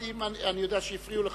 אבל אני יודע שהפריעו לך.